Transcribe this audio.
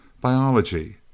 Biology